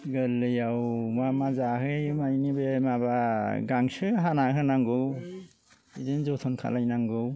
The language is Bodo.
गोरलैआव मा मा जाहोयो मानि बे माबा गांसो हाना होनांगौ इदिनो जोथोन खालायनांगौ